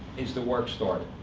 is the work started?